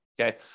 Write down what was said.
okay